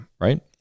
right